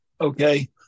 Okay